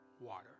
water